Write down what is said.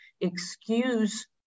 excuse